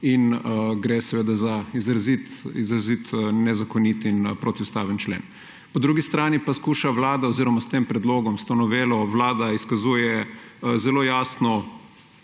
in gre za izrazit nezakonit in protiustaven člen. Po drugi strani pa skuša Vlada oziroma s tem predlogom, s to novelo Vlada izkazuje zelo jasno